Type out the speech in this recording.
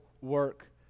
work